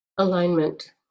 Alignment